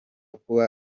kuba